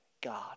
God